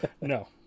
No